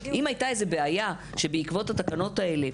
אם הייתה בעיה שבעקבות התקנות האלה,